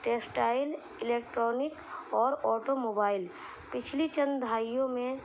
textile electronic اور automobile پچھلی چند دہائیوں میں